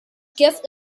gift